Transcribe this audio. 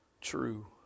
true